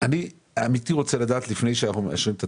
אני רוצה לדעת דבר פשוט: